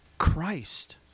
Christ